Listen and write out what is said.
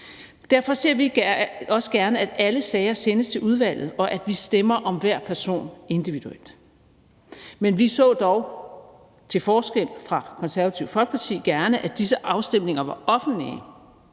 Derfor ser vi også gerne, at alle sager sendes til udvalget, og at vi stemmer om hver person individuelt. Men vi så dog, til forskel fra Det Konservative Folkeparti, gerne, at disse afstemninger var offentlige,